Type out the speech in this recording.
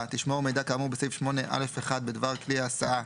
תשמור מידע כאמור בסעיף 8(א)(1) בדבר כלי הסעה,